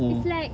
it's like